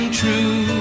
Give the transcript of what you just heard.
true